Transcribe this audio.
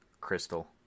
crystal